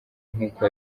nk’uko